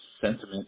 sentiment